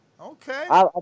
okay